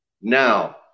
Now